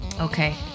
Okay